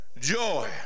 Joy